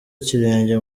ikirenge